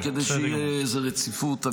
כדי שתהיה איזו רציפות.